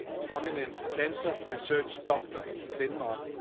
prominent cancer research doctor in denmark.